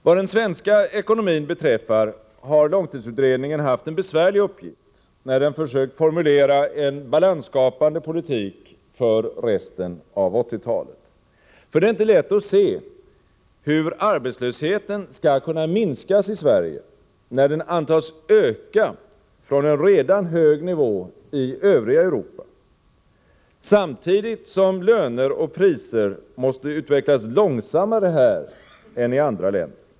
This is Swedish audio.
Vad den svenska ekonomin beträffar har långtidsutredningen haft en besvärlig uppgift när den försökt formulera en balansskapande politik för resten av 1980-talet. Det är inte lätt att se hur arbetslösheten skall kunna minskas i Sverige, när den antas öka från en redan hög nivå i övriga Europa, samtidigt som löner och priser måste utvecklas långsammare här än i andra länder.